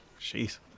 Jeez